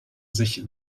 sich